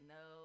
no